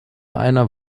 einer